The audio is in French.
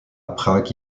prague